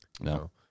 No